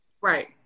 Right